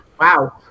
Wow